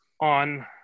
on –